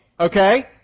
Okay